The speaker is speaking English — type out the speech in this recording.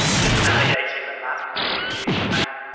just navigating the map can be a huge pain.